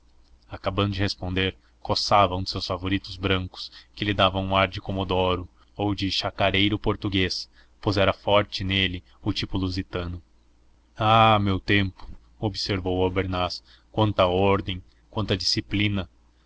acabando de responder coçava um dos seus favoritos brancos que lhe davam um ar de comodoro ou de chacareiro português pois era forte nele o tipo lusitano ah meu tempo observou albernaz quanta ordem quanta disciplina